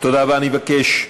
אם כך,